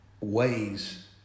ways